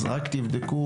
אז רק תבדקו,